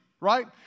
right